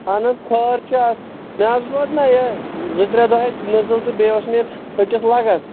اَہَن حظ خٲر چھُ اتھ مےٚ حظ ووت نا یہِ زٕ ترٛےٚ دۄہ حظ نٔزٕل تہٕ بیٚیہِ اوس مےٚ یتھ ہٹِس لگان